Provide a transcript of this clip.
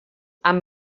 amb